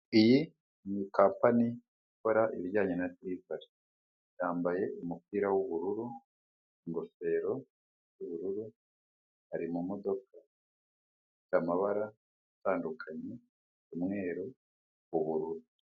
Iyi ni kampani ikora ibijyanye na derivari, yambaye umupira w'ubururu, ingofero y'ubururu ari mu modoka ifite amabara atandukanye umweru, ubururu.